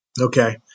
Okay